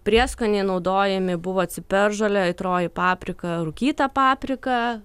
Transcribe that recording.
prieskoniai naudojami buvo ciberžolė aitrioji paprika rūkyta paprika